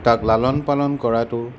তাক লালন পালন কৰাটো